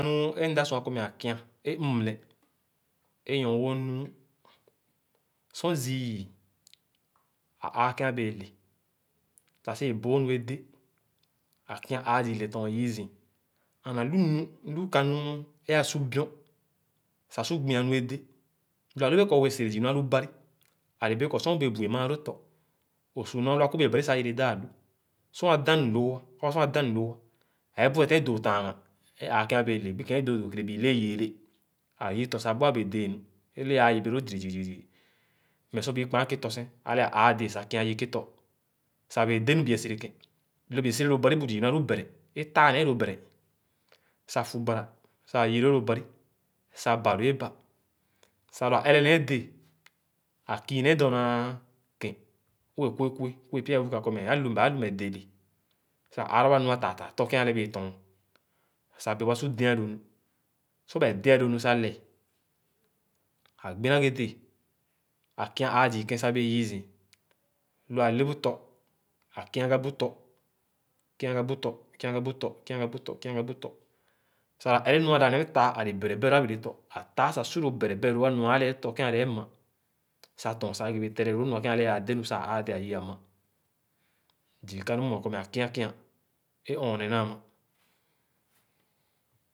Nu é mda sua kɔ meh á kia é mm̃ne é nɔ wõ nüü. Sor zịị yii, á ãa ké abẽẽ le sah si-wéé bõõ nu e'de. Ã kia ãã zii lé ton yii zii and ãlu nu, ãlu kanii é su bion sah su gbi-ãn nu é dẽ. Lo à lu bẽẽ kɔ õ bẽẽ sere zii nu ãlu Bari̱ ale bẽẽ kɔ sor õ bẽẽ bu-i mããló tɔ õ su nu ãlu akõbeẽ Bari̱ sah yere daa-lu, sorá dãn nu lõọ ã, ãbã sor ã dãn nu lõõ ã, ẽẽ bue tén dõõ taãghãn é ãã kẽ ã bẽẽ le gbikẽ é dõõdo kẽrẽ bi le yẽẽre ã yii tɔ sah bu ã bẽẽ dé nu. E’ le ãa yẽbeloo jigi jigi jigi mmeh sor bii kpaa kẽtɔ sẽn, ale ãã dẽẽ sah kià yii ké tɔ sah bẽẽ dé nu bi bẽẽ sere kẽ Lõ bi sere lõ bari̱ bu zii nu ãlu bɛrɛ, é taà nee lõ bɛrɛ sah fubarà sah ã yii lõõlõ Bari̱, sah bah lõõ bah sal lõ ã ẽrẽ nee dẽẽ, ã kii nee dɔɔna kẽ wee kue kue, kue pya ye wuga kɔ meh ãlu, mbã ãlu meh dẽ le sah ã ããra wa su dé-a lõ nu. Sor ba-é de-a lõ nu sah lɛɛ, ã gbina ghe dẽẽ. Ã kia ãã zii ké sah bẽẽ yii zii. Lo ále bu tɔ, ã kiagà bu tɔ, kiagà bu tɔ, kiagà bu tɔ, kiagà bu tɔ, kiagà bu tɔ, sah ã ẽrẽ nu ã dãp nee taà ãle bɛrɛ beh-lõõ ã bẽẽ lẽ tɔ. Ã taà sah su lõ bɛrɛ beh-lõõ nua ále tɔ kẽ ale é ma sah tɔn sah ẽgbẽẽ tereloo nua ké ãle ãã de nu sah ã ãã dẽẽ ayii ã ma. Zii kanu mmue kɔ meh ã kia kià é ɔɔneh nãã ãmã.